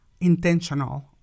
intentional